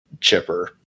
chipper